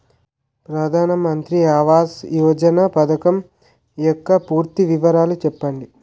ప్రధాన మంత్రి ఆవాస్ యోజన పథకం యెక్క పూర్తి వివరాలు చెప్పండి?